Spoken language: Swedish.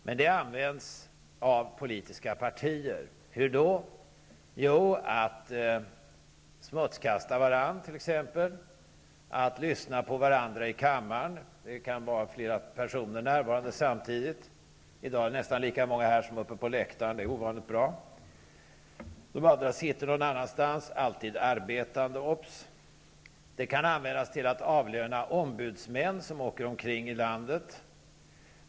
Men det används av politiska partier. Hur då? Jo, t.ex. till att smutskasta varandra. Det används för att lyssna på varandra i kammaren -- det kan vara flera personer närvarande samtidigt. I dag är det nästan lika många här som uppe på läktaren. Det är ovanligt bra. De andra sitter någon annanstans -- obs! alltid arbetande. Partistödet kan användas till att avlöna ombudsmän som åker omkring i landet.